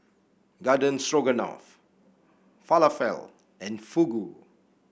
Garden Stroganoff Falafel and Fugu